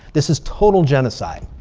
this is total genocide.